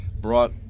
brought